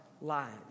lives